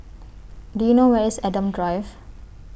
Do YOU know Where IS Adam Drive